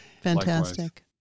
Fantastic